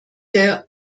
der